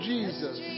Jesus